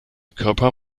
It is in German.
körper